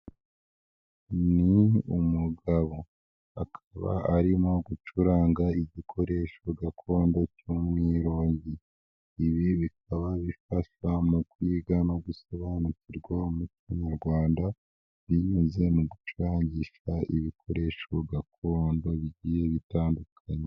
Ni umugabo akaba arimo gucuranga igikoresho gakondo cy'umwirongi, ibi bikaba bifatwa mu kwiga no gusobanukirwa umucoyarwanda binyuze mu gucurangisha ibikoresho gakondo bigiye bitandukanye.